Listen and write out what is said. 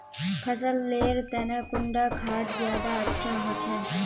फसल लेर तने कुंडा खाद ज्यादा अच्छा होचे?